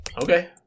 Okay